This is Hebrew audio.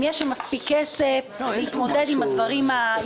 האם יש שם מספיק כסף להתמודד עם האתגרים